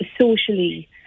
socially